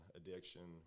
addiction